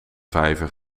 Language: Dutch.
vijver